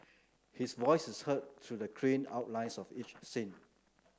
his voice is heard through the clean outlines of each scene